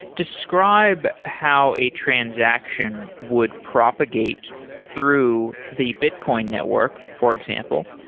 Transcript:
describe how a transaction would propagate through the bitcoin network, for example,